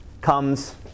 comes